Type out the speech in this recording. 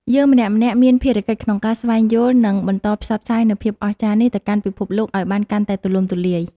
យើងម្នាក់ៗមានភារកិច្ចក្នុងការស្វែងយល់ និង បន្តផ្សព្វផ្សាយនូវភាពអស្ចារ្យនេះទៅកាន់ពិភពលោកឱ្យបានកាន់តែទូលំទូលាយ។